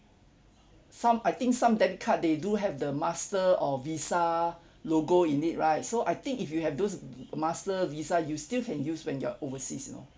some I think some debit card they do have the master or visa logo in it right so I think if you have those m~ master Visa you still can use when you're overseas you know